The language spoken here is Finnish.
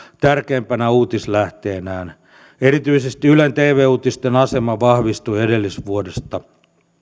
tärkeimpänä uutislähteenään erityisesti ylen tv uutisten asema vahvistui edellisvuodesta